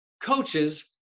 coaches